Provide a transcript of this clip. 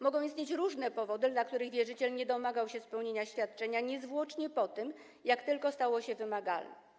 Mogą istnieć różne powody, dla których wierzyciel nie domagał się spełnienia świadczenia niezwłocznie po tym, jak tylko stało się ono wymagalne.